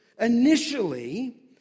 Initially